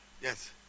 Yes